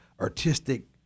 artistic